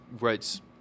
writes